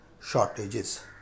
shortages